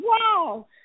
wow